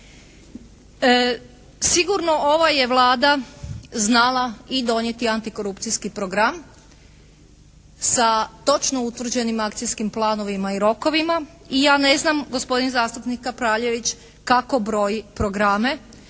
Sigurno ova je Vlada znala i donijeti antikorupcijski program sa točno utvrđenim akcijskim planovima i rokovima i ja neznam gospodin zastupnik Kapraljević kako broji programe